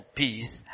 peace